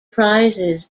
prizes